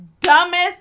dumbest